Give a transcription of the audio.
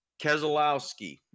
Keselowski